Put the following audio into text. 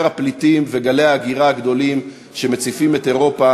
הפליטים וגלי ההגירה הגדולים שמציפים את אירופה,